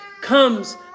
comes